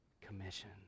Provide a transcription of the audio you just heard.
Commission